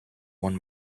one